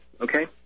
okay